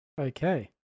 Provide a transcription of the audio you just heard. Okay